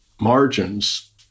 margins